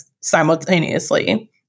simultaneously